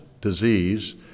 disease